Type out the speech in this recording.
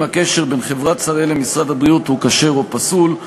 הקשר בין חברת "שראל" למשרד הבריאות הוא כשר או פסול?